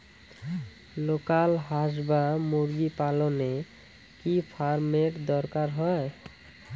Local হাস বা মুরগি পালনে কি ফার্ম এর দরকার হয়?